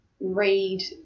Read